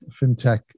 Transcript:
FinTech